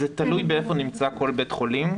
זה תלוי באיפה נמצא כל בית-חולים.